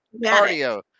cardio